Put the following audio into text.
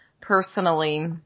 personally